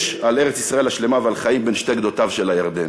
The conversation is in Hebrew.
על ארץ-ישראל השלמה ועל חיים בין שתי גדותיו של הירדן.